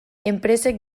enpresek